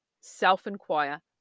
Self-inquire